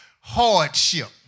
Hardship